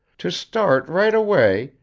to start right away,